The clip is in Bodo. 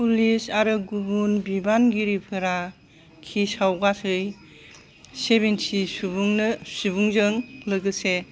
पुलिस आरो गुबुन बिबानगिरिफोरा केसआव गासै सेभेनथि सुबुंनो सुबुंजों लोगोसे